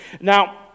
Now